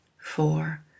four